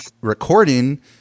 recording